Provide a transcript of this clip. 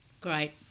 Great